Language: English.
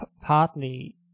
partly